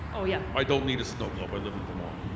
ah yeah i don't need a snow globe, i live in vermont